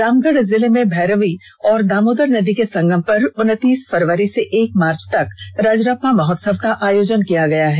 रामगढ़ जिले में भैरवी और दामोदर नदी के संगम पर उन्तीस फरवरी से एक मार्च तक राजरप्पा महोत्सव का आयोजन किया गया है